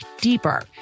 deeper